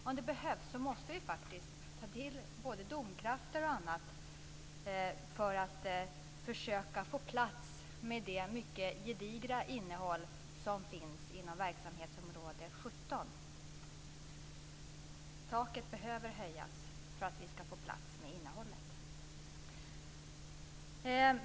Om det behövs måste vi faktiskt ta till både domkrafter och annat för att försöka få plats med det mycket gedigna innehåll som finns inom verksamhetsområde 17. Taket behöver höjas för att vi ska få plats med innehållet.